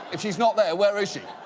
if she's not there, where is